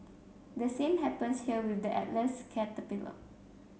the same happens here with the Atlas caterpillar